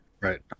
Right